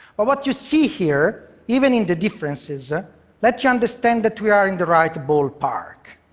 but what you see here, even in the differences, ah lets you understand that we are in the right ballpark,